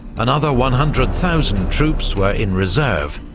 another one hundred thousand troops were in reserve,